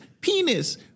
penis